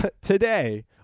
today